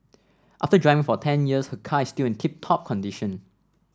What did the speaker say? after driving for ten years her car is still in tip top condition